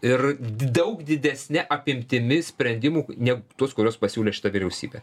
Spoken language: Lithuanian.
ir daug didesne apimtimi sprendimų negu tuos kuriuos pasiūlė šita vyriausybė